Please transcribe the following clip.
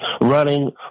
running